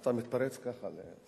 אתה מתפרץ ככה.